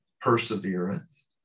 perseverance